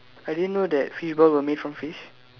I didn't know that fishball were made from fish